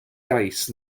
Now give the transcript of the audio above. gais